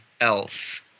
else